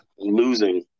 losing